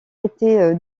été